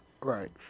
Right